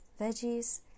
veggies